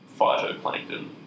phytoplankton